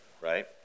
right